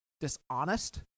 dishonest